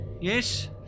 Yes